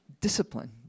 discipline